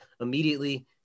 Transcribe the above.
immediately